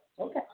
okay